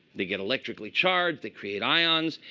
they get electrically charged. they create ions.